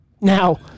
Now